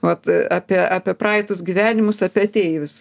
vat apie apie praeitus gyvenimus apie ateivius